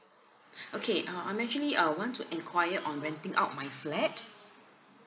okay uh I'm actually uh want to inquire on renting out my flat